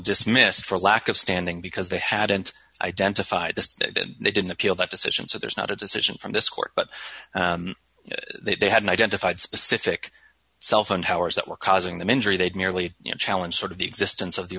dismissed for lack of standing because they hadn't identified the that they didn't appeal that decision so there's not a decision from this court but they hadn't identified specific cell phone towers that were causing them injury they'd merely challenge sort of the existence of the